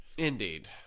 Indeed